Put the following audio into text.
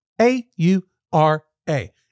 A-U-R-A